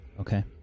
Okay